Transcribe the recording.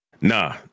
nah